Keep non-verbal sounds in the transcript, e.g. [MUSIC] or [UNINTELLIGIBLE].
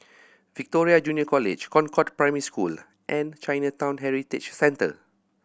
Victoria Junior College Concord Primary School [UNINTELLIGIBLE] and Chinatown Heritage Centre